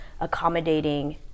accommodating